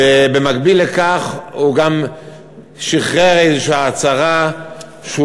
שבמקביל לכך הוא גם שחרר איזושהי הצהרה שהוא